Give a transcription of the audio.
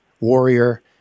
warrior